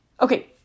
Okay